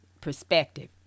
perspective